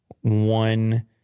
one